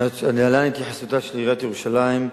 להלן התייחסותה של עיריית ירושלים.